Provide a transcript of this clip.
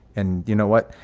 and you know what?